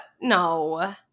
no